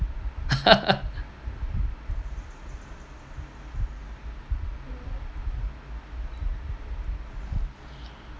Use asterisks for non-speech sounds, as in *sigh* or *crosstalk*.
*laughs*